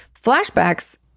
Flashbacks